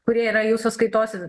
kurie yra jų sąskaitose